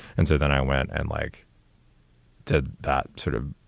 and so then i went and like to that sort of